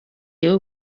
you